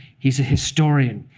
he's a historian.